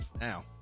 now